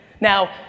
Now